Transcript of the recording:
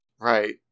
right